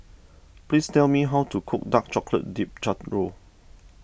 please tell me how to cook Dark Chocolate Dipped Churro